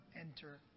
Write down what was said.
enter